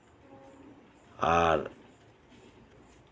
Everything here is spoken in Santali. ᱟᱨ